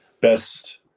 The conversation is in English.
best